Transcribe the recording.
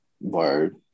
word